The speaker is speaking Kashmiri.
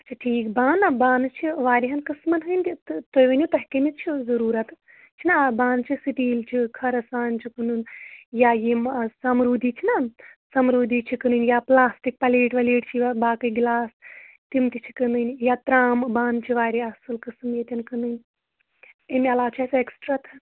اچھا ٹھیٖک بانہ بانہٕ چھِ وارِیاہَن قٕسمَن ہٕنٛدۍ تہٕ تُہۍ ؤنِو تۄہہِ کَمِچ چھِو ضٔوروٗرَت چھِنا بانہٕ چھِ سِٹیٖل چھِ کھَرٕسان چھِ کٕنُن یا یِم سَمروٗدی چھِنا سَمروٗدی چھِ کٕنٕنۍ یا پٕلاسٹِک پَلیٹ وَلیٹ چھِ یِوان باقٕے گِلاس تِم تہِ چھِ کٕنٕنۍ یا ترٛامہٕ بانہٕ چھِ واریاہ اَصٕل قٕسٕم ییٚتٮ۪ن کٕنٕنۍ اَمہِ علاوٕ چھِ اَسہِ اٮ۪کٕسٹرٛا تہٕ